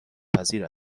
پذیر